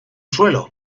suelo